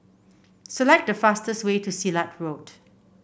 select the fastest way to Silat Road